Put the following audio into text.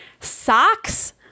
socks